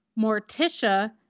Morticia